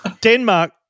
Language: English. Denmark